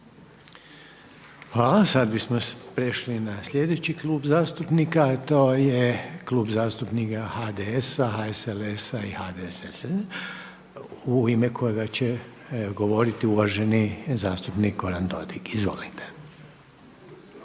Hvala. Sada bismo prešli na sljedeći Klub zastupnika a to je Klub zastupnika HDS-a, HSLS-a i HDSSB u ime kojega će govoriti uvaženi zastupnik Goran Dodig. **Dodig,